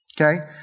Okay